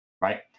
right